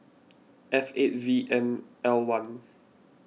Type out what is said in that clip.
F eight V M I one